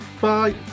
bye